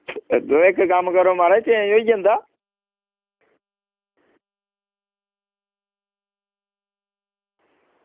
इक्क कम्म करो म्हाराज चेंज़ होई जंदा